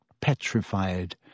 petrified